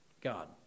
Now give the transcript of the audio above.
God